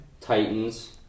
Titans